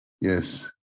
yes